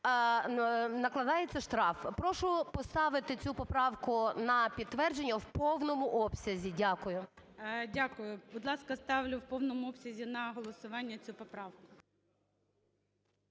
накладається штраф. Прошу поставити цю поправку на підтвердження в повному обсязі. Дякую. ГОЛОВУЮЧИЙ. Дякую. Будь ласка, ставлю в повному обсязі на голосування цю поправку.